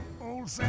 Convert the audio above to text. old